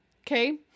Okay